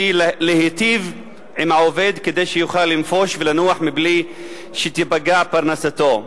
היא להיטיב עם העובד כדי שיוכל לנפוש ולנוח מבלי שתיפגע פרנסתו.